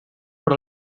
però